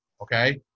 okay